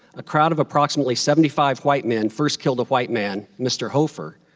a crowd of approximately seventy five white men first killed a white man, mr. hofer,